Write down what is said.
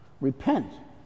repent